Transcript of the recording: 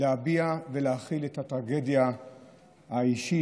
להביע ולהכיל את הטרגדיה האישית